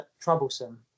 troublesome